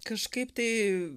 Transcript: kažkaip tai